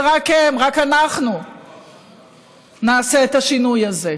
ורק הם, רק אנחנו נעשה את השינוי הזה.